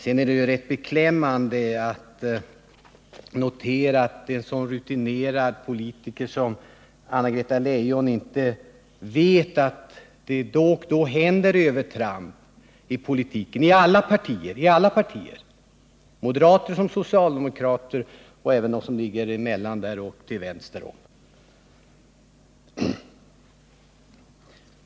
F. ö. är det rätt beklämmande att nödgas notera att en så rutinerad politiker som Anna-Greta Leijon inte vet att det då och då sker övertramp i politiken —i alla partier, bland moderater och socialdemokrater och även bland dem som ligger däremellan.